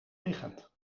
liggend